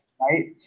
Right